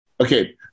Okay